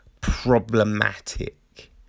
problematic